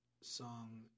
song